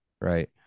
right